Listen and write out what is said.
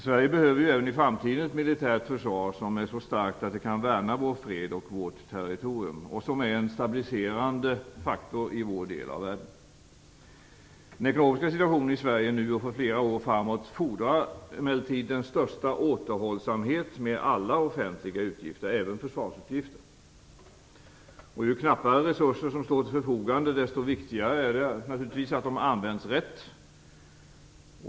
Sverige behöver även i framtiden ett militärt försvar som är så starkt att det kan värna vår fred och vårt territorium och som är en stabliserande faktor i vår del av världen. Den ekonomiska situationen i Sverige nu och för flera år framåt fordrar emellertid största återhållsamhet med alla offentliga utgifter, även försvarsutgifter. Ju knappare resurser som står till förfogande, desto viktigare är det naturligtvis att de används rätt.